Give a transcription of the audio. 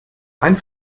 ein